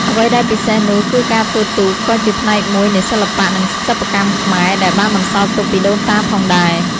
អ្វីដែលពិសេសនោះគឺការធ្វើទូកក៏ជាផ្នែកមួយនៃសិល្បៈ និងសិប្បកម្មខ្មែរ ដែលបានបន្សល់ទុកពីដូនតាផងដែរ។